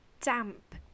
damp